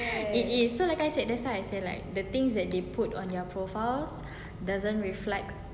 it is so like I said like the things that they put on your profiles doesn't reflect